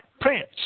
Prince